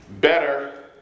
better